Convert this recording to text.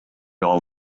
all